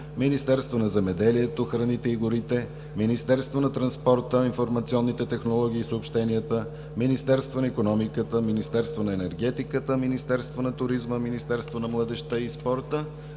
Министерство на земеделието, храните и горите, Министерство на транспорта, информационните технологии и съобщенията, Министерство на икономиката, Министерство на енергетиката, Министерство на туризма, Министерство на младежта и спорта.